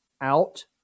out